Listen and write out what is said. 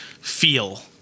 feel